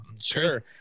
sure